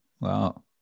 Wow